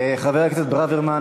חבר הכנסת ברוורמן,